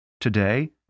Today